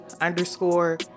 underscore